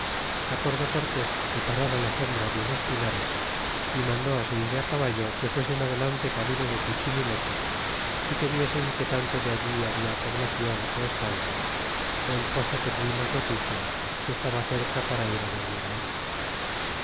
acordó cortés de parar la sombra de unos pinares y mandó seis de caballo que fuesen adelante camino de suchimileco é que viesen que tanto de allí habia poblacion ó estancias ó el pozo que tuvimos noticia que estaba cerca para ir á dormir á